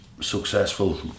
successful